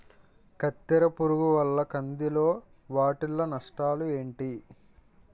కత్తెర పురుగు వల్ల కంది లో వాటిల్ల నష్టాలు ఏంటి